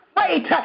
wait